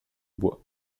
bois